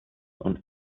und